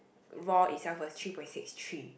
raw itself was three point six three